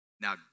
now